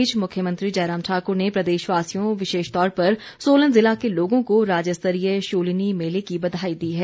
इस बीच मुख्यमंत्री जयराम ठाकुर ने प्रदेशवासियों विशेष तौर पर सोलन जिला के लोगों को राज्यस्तरीय शूलिनी मेले की बधाई दी है